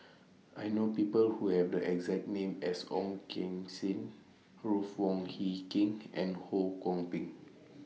I know People Who Have The exact name as Ong Keng Sen Ruth Wong Hie King and Ho Kwon Ping